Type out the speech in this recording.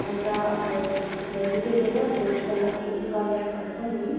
अन्त त्यो भेजिटेबल र फ्रुट्सको लागि कन्ट्याक्ट गरेको नि